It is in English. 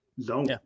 zone